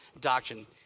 doctrine